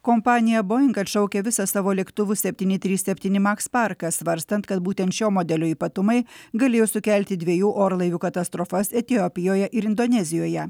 kompanija boing atšaukia visą savo lėktuvų septyni trys septyni maks parką svarstant kad būtent šio modelio ypatumai galėjo sukelti dviejų orlaivių katastrofas etiopijoje ir indonezijoje